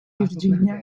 virginia